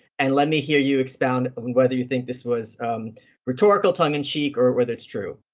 and let me hear you expound whether you think this was rhetorical, tongue in cheek, or whether it's true.